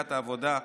סיעת העבודה,